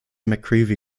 mccreevy